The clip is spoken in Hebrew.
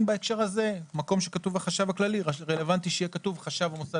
בהקשר הזה מקום שכתוב החשב הכללי רלוונטי שיהיה כתוב חשב המוסד